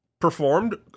performed